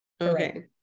Okay